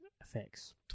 effects